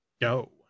go